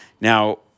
Now